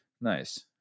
Nice